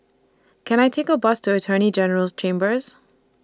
Can I Take A Bus to Attorney General's Chambers